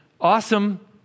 awesome